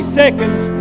seconds